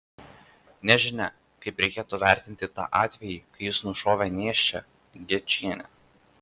nežinia kaip reikėtų vertinti tą atvejį kai jis nušovė nėščią gečienę